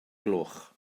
gloch